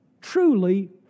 Truly